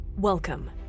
Welcome